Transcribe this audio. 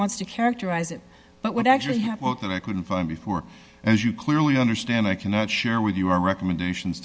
wants to characterize it but what actually happened that i couldn't find before and as you clearly understand i cannot share with you our recommendations